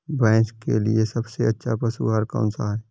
भैंस के लिए सबसे अच्छा पशु आहार कौन सा है?